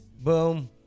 boom